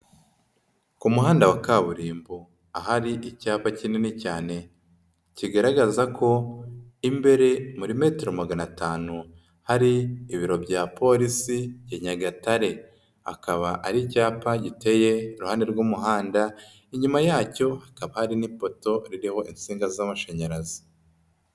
Ku muhanda wa kaburimbo ahari icyapa kinini cyane, kigaragaza ko imbere muri metero magana atanu hari ibiro bya Polisi ya Nyagatare, akaba ari icyapa giteye iruhande rw'umuhanda, inyuma yacyo hakaba hari n'ipoto ririho insinga z'amashanyarazi.